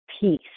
peace